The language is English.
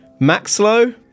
Maxlow